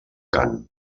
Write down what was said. cant